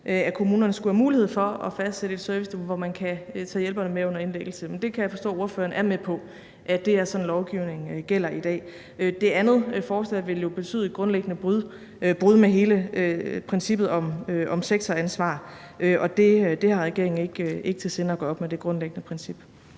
at kommunerne skulle have mulighed for at fastsætte et serviceniveau, hvor man kan tage hjælperen med under indlæggelse. Men det kan jeg forstå at spørgeren er med på, altså at det er sådan, lovgivningen er i dag. Det andet forslag vil jo betyde et grundlæggende brud med hele princippet om sektoransvar, og det grundlæggende princip har regeringen ikke til sinde at gøre op med. Kl. 15:16 Tredje